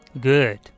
Good